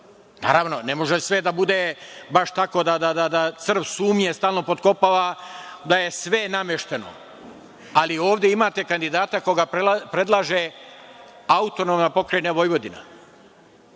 Naravno, ne može sve da bude baš tako da crv sumnje stalno potkopava da je sve namešteno, ali ovde imate kandidata koga predlaže AP Vojvodina. Nemojte, gospodine